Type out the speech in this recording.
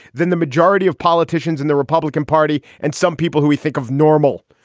then the majority of politicians in the republican party and some people who we think of normal.